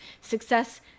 success